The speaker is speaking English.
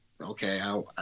okay